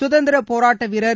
சுதந்திர போராட்ட வீரர்